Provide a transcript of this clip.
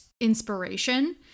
inspiration